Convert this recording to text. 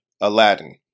Aladdin